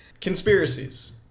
Conspiracies